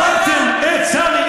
הרגתם את סאמי